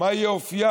מה יהיה אופייה?